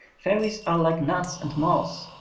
fairies are like nuts and moss,